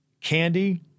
candy